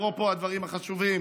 אפרופו הדברים החשובים